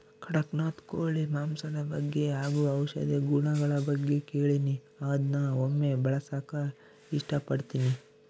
ಕಡಖ್ನಾಥ್ ಕೋಳಿ ಮಾಂಸದ ಬಗ್ಗೆ ಹಾಗು ಔಷಧಿ ಗುಣಗಳ ಬಗ್ಗೆ ಕೇಳಿನಿ ಅದ್ನ ಒಮ್ಮೆ ಬಳಸಕ ಇಷ್ಟಪಡ್ತಿನಿ